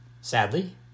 Sadly